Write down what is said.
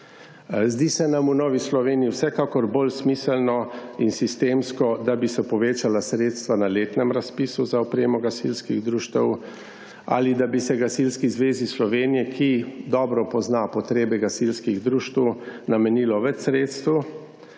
Zdi se nam v Novi Sloveniji vsekakor bolj smiselno in sistemsko, da bi se povečala sredstva na letnem razpisu za opremo gasilskih društev ali da bi se Gasilski zvezi Slovenije, ki dobro pozna potrebe gasilskih društev, namenilo več sredstev,